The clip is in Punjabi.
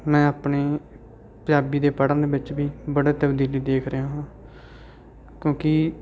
ਮੈਂ ਆਪਣੇ ਪੰਜਾਬੀ ਦੇ ਪੜ੍ਹਨ ਵਿੱਚ ਵੀ ਬੜੇ ਤਬਦੀਲੀ ਦੇਖ ਰਿਹਾ ਹਾਂ ਕਿਉਂਕਿ